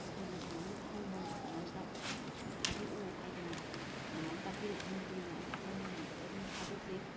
ꯃꯈꯣꯏꯅ ꯁꯨꯃꯥꯏꯅ ꯑꯍꯣꯡꯕ ꯃꯃꯜꯗ ꯊꯥꯗꯣꯛꯑꯣ ꯍꯥꯏꯗꯅ ꯑꯗꯨꯃꯥꯏ ꯇꯥꯛꯄꯤꯔꯛꯄꯒꯤ ꯃꯇꯨꯡ ꯏꯟꯅ ꯑꯩꯅ ꯑꯍꯣꯡꯕ ꯃꯃꯜꯗ ꯑꯗꯨꯝ ꯊꯥꯗꯣꯛꯆꯩ